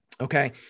Okay